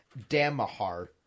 Damahar